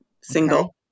Single